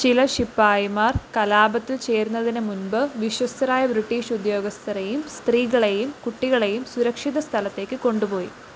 ചില ശിപായിമാർ കലാപത്തിൽ ചേരുന്നതിന് മുമ്പ് വിശ്വസ്തരായ ബ്രിട്ടീഷ് ഉദ്യോഗസ്ഥരെയും സ്ത്രീകളെയും കുട്ടികളെയും സുരക്ഷിത സ്ഥലത്തേക്ക് കൊണ്ടുപോയി